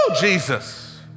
Jesus